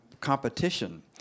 competition